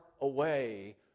away